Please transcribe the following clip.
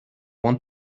want